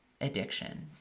addiction